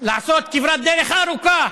לעשות כברת דרך ארוכה.